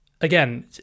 again